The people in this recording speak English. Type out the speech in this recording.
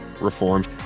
reformed